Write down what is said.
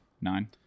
Nine